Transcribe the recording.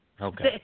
Okay